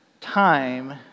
time